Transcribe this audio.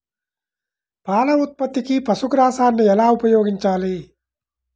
పాల ఉత్పత్తికి పశుగ్రాసాన్ని ఎలా ఉపయోగించాలి?